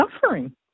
suffering